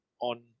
on